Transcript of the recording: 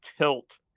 tilt